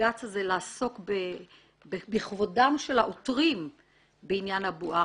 בלעסוק בכבודם של העותרים בעניין אבו ערפה.